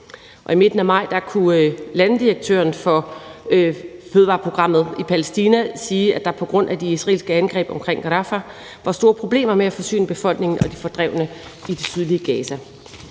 i midten af maj kunne landedirektøren for fødevareprogrammet i Palæstina sige, at der på grund af de israelske angreb omkring Rafah var store problemer med at forsyne befolkningen og de fordrevne i det sydlige Gaza.